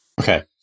Okay